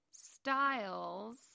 styles